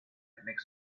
etmek